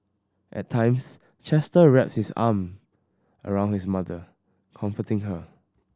at times Chester wrapped his arm around his mother comforting her